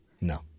No